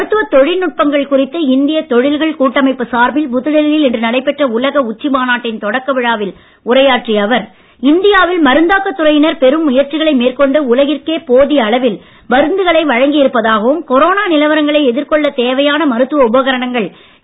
மருத்துவ தொழில்நுட்பங்கள் குறித்து இந்திய தொழில்கள் கூட்டமைப்பு சார்பில் புதுடெல்லியில் இன்று நடைபெற்ற உலக உச்சிமாநாட்டில் தொடக்க விழாவில் உரையாற்றிய அவர் இந்தியாவில் மருந்தாக்க துறையினர் பெரும் முயற்சிகளை மேற்கொண்டு உலகிற்கே போதிய அளவில் மருந்துகளை வழங்கி இருப்பதாகவும் கொரோனா நிலவரங்களை எதிர்கொள்ள தேவையான மருத்துவ உபகரணங்கள் இந்தியாவிலேயே தயாரிக்கப்படுவதாவும் கூறினார்